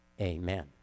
Amen